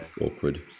awkward